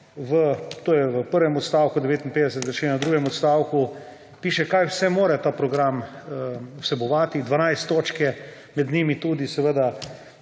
to je v prvem odstavku 59. člena. V drugem odstavku piše, kaj vse mora ta program vsebovati. 12 točk je, med njimi tudi seveda